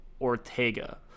Ortega